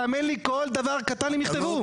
האמן לי כל דבר קטן הם יכתבו.